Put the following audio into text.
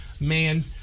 man